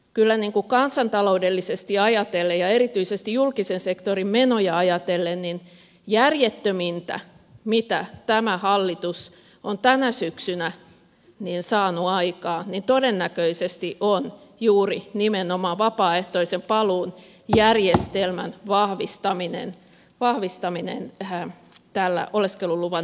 kyllä kansantaloudellisesti ajatellen ja erityisesti julkisen sektorin menoja ajatellen järjettömintä mitä tämä hallitus on tänä syksynä saanut aikaan todennäköisesti on juuri nimenomaan vapaaehtoisen paluun järjestelmän vahvistaminen tällä oleskeluluvan epäämisellä